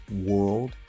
world